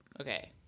Okay